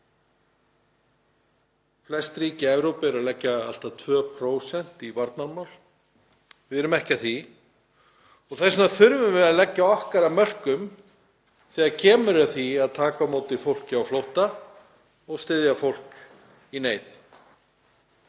Flest ríki Evrópu eru að leggja allt að 2% í varnarmál. Við erum ekki að því og þess vegna þurfum við að leggja okkar af mörkum þegar kemur að því að taka á móti fólki á flótta og styðja fólk í neyð.